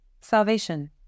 Salvation